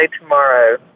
tomorrow